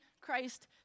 Christ